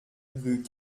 rue